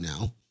now